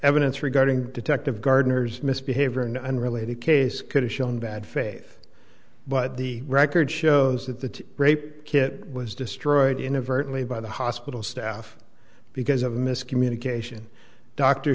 evidence regarding detective gardner's misbehavior an unrelated case could have shown bad faith but the record shows that the rape kit was destroyed in a virtually by the hospital staff because of miscommunication dr